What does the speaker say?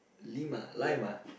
lima lima